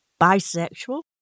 bisexual